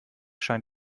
scheint